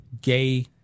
gay